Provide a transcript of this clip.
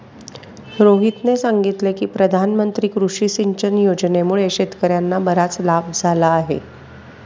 रोहितने सांगितले की प्रधानमंत्री कृषी सिंचन योजनेमुळे शेतकर्यांना बराच लाभ झाला आहे